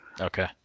Okay